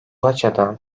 açıdan